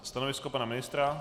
Stanovisko pana ministra?